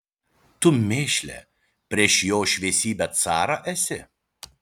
tu mėšle prieš jo šviesybę carą esi